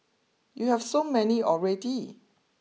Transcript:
you have so many already